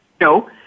No